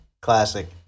Classic